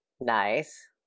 Nice